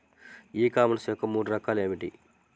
ఈ కామర్స్ యొక్క మూడు రకాలు ఏమిటి?